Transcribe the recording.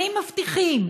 שנים מבטיחים.